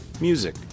music